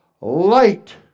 light